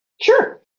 Sure